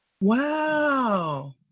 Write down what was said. wow